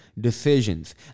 decisions